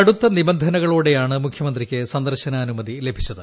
കടുത്ത നിബന്ധനകളോടെയാണ് മുഖ്യമന്ത്രിക്ക് സന്ദർശനാനുമതി ലഭിച്ചത്